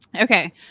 Okay